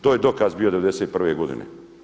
To je dokaz bio 1991. godine.